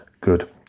good